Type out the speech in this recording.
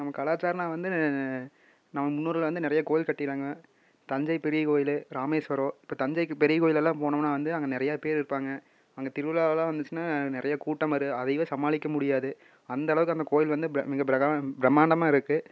நம்ம கலாச்சாரம்னா வந்து நம்ம முன்னோர்கள் வந்து நிறையா கோவில் கட்டிருக்காங்க தஞ்சை பெரிய கோவில் ராமேஸ்வரம் இப்போ தஞ்சைக்கு பெரிய கோவிலெல்லாம் போனோம்னா வந்து அங்கே நிறையா பேர் இருப்பாங்க அங்க திருவிழாவெல்லாம் வந்துச்சுன்னா நிறையா கூட்டம் வரும் அதையவே சமாளிக்க முடியாது அந்தளவுக்கு அந்த கோவில் வந்து மிக பிரமாண்டமாக இருக்குது